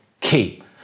keep